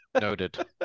Noted